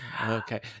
Okay